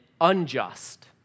unjust